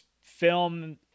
film